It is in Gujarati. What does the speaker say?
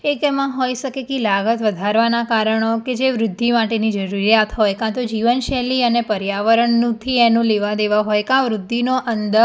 એ તેમાં હોઈ શકે કે ઇ લાગત વધારવાના કારણો કે જે વૃદ્ધિ માટેની જરૂરિયાત હોય કાં તો જીવનશૈલી અને પર્યાવરણનુંથી એનું લેવાદેવા હોય કાં વૃદ્ધિનો અંદ